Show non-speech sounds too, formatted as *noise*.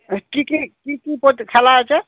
কি কি কি কি *unintelligible* খেলা আছে